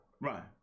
Right